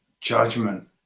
judgment